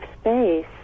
space